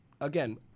again